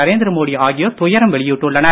நரேந்திர மோடி ஆகியோர் துயரம் வெளியிட்டுள்ளனர்